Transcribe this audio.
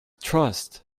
trust